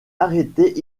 arrêté